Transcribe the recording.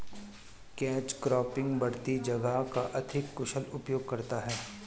catch cropping बढ़ती जगह का अधिक कुशल उपयोग करता है